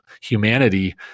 humanity